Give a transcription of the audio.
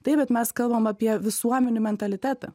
taip bet mes kalbame apie visuomenių mentalitetą